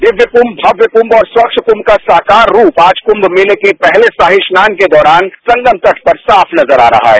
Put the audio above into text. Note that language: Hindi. दिव्य कुंच भव्य कुंम और स्वच्छ कुंम का साकार रूप आज कुंम मेले के पहले शाही स्नान के दौरान संगम तट पर साफ नजर आ रहा है